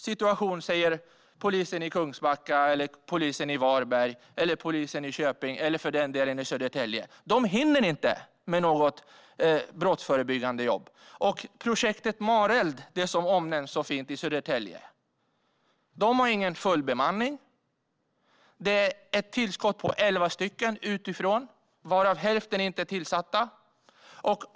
Situationen för polisen i Kungsbacka, Varberg, Köping eller Södertälje, för den delen, är sådan att de inte hinner med något brottsförebyggande jobb. Projektet Mareld i Södertälje, som omnämns så fint, har inte full bemanning. Man har fått ett tillskott på 11 personer utifrån, varav hälften inte är tillsatta.